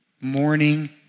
Morning